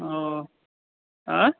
ओ आइ